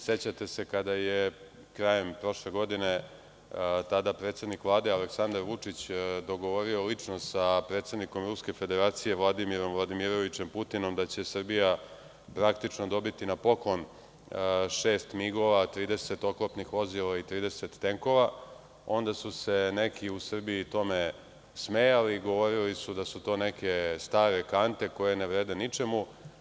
Sećate se kada je krajem prošle godine, tada predsednik Vlade Aleksandar Vučić, dogovorio lično sa predsednikom Ruske Federacije Vladimirom Vladimirovičem Putin da će Srbija praktično dobiti na poklon šest migova, 30 oklopnih vozila i 30 tenkova, onda su se neki u Srbiji tome smejali i govorili su da su to neke stare kante koje ne vrede ničemu.